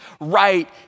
right